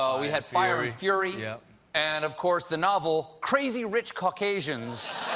ah we had fire and fury, yeah and of course the novel crazy rich caucasians.